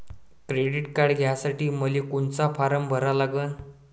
Credit card घ्यासाठी मले कोनचा फारम भरा लागन?